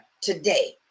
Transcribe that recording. today